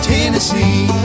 Tennessee